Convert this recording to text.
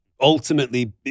ultimately